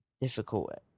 difficult